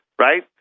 right